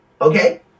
Okay